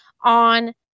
on